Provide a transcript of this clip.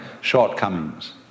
shortcomings